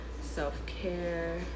self-care